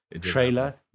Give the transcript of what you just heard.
trailer